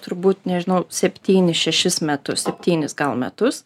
turbūt nežinau septynis šešis metus septynis gal metus